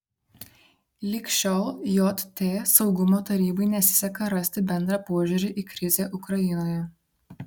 lig šiol jt saugumo tarybai nesiseka rasti bendrą požiūrį į krizę ukrainoje